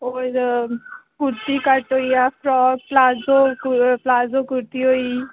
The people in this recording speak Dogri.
होर कुर्ती कट होई गेआ फ्रॉक प्लाज़ो प्लाज़ो कुर्ती होई